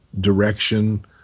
direction